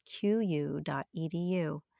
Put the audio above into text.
qu.edu